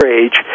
age